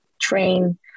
train